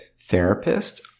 therapist